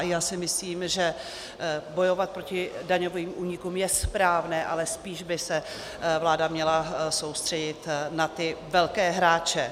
Já si myslím, že bojovat proti daňovým únikům je správné, ale spíš by se vláda měla soustředit na ty velké hráče.